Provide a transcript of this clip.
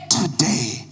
today